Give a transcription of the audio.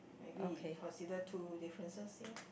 maybe consider two differences ya